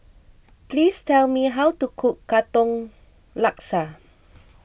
please tell me how to cook Katong Laksa